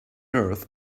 earth